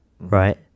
right